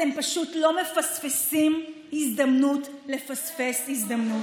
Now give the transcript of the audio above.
אתם פשוט לא מפספסים הזדמנות לפספס הזדמנות.